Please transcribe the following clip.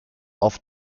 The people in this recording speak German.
auf